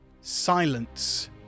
Silence